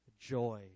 joy